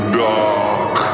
dark